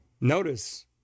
Notice